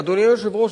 אדוני היושב-ראש,